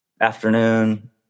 Afternoon